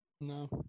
no